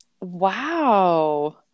Wow